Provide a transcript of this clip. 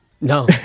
No